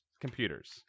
computers